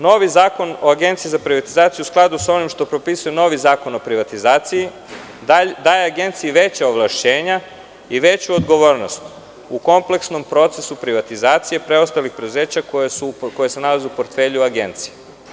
Novi zakon o Agenciji za privatizaciju, u skladu sa onim što propisuje novi zakon o privatizaciji, daje Agenciji veća ovlašćenja i veću odgovornost u kompleksnom procesu privatizacije preostalih preduzeća koja se nalaze u portfelju Agencije.